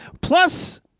plus